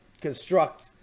construct